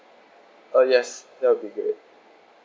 uh yes that will be great